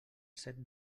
set